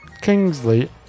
Kingsley